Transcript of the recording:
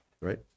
Right